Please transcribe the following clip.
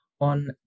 on